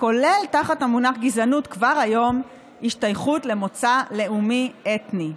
כולל כבר היום תחת המונח "גזענות" השתייכות למוצא לאומי אתני.